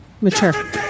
mature